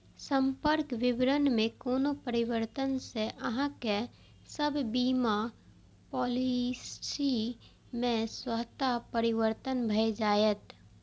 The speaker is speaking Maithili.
संपर्क विवरण मे कोनो परिवर्तन सं अहांक सभ बीमा पॉलिसी मे स्वतः परिवर्तन भए जाएत